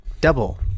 double